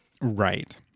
Right